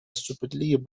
سوپرلیگ